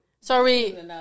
Sorry